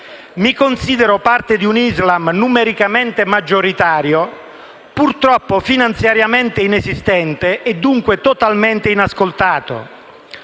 Mi considero parte di un Islam numericamente maggioritario, purtroppo finanziariamente inesistente e dunque totalmente inascoltato.